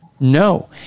No